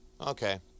Okay